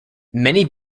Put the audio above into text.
many